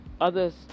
others